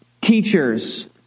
teachers